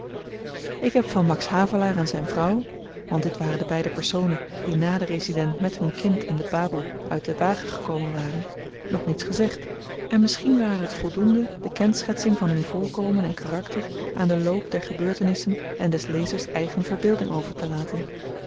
ik heb van max havelaar en zyn vrouw want dit waren de beide personen die na den resident met hun kind en de baboe uit den wagen gekomen waren nog niets gezegd en misschien ware het voldoende de kenschetsing van hun voorkomen en karakter aan den loop der gebeurtenissen en des lezers eigen verbeelding overtelaten